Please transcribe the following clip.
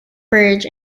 bridge